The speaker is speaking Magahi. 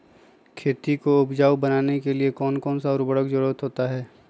खेती को उपजाऊ बनाने के लिए कौन कौन सा उर्वरक जरुरत होता हैं?